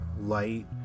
light